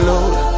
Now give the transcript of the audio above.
Lord